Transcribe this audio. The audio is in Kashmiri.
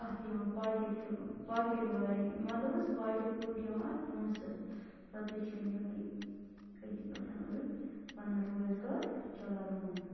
اَتھ یِوان پاکٮ۪ٹ رو پاکٮ۪ٹ وَرٲے مطلب حظ پاکٮ۪ٹ پٲٹھۍ یِوان اَتھ پونٛسہٕ پتہٕ حظ چھِ یِم یِہوٚے أتھی پٮ۪ٹھ پَنُن روزگار چلاوان